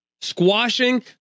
squashing